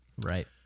right